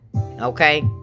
Okay